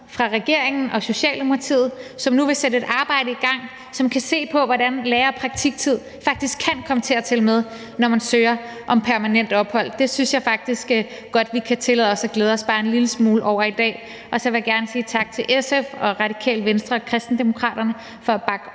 fra regeringen og Socialdemokratiet, som nu vil sætte et arbejde i gang, som kan se på, hvordan lære- og praktiktid faktisk kan komme til at tælle med, når man søger om permanent ophold. Det synes jeg faktisk godt vi kan tillade os at glæde os bare en lille smule over i dag. Og så vil jeg gerne sige tak til SF og Radikale Venstre og Kristendemokraterne for at bakke